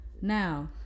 now